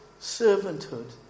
servanthood